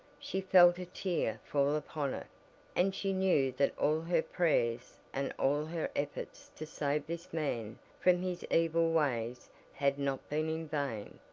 she felt a tear fall upon it and she knew that all her prayers and all her efforts to save this man from his evil ways had not been in vain,